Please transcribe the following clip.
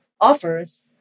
offers